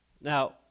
Now